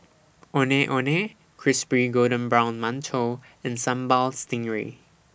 Ondeh Ondeh Crispy Golden Brown mantou and Sambal Stingray